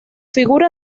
figura